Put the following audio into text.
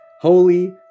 holy